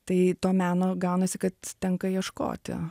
tai to meno gaunasi kad tenka ieškoti